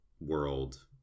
world